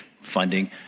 funding